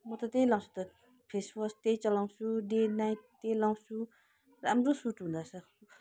म त त्यही लाउँछु त फेसवास त्यही चलाउँछु डे नाइट त्यही लाउँछु राम्रो सुट हुँदैछ